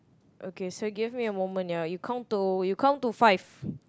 okay so give me a moment ya you count to you count to five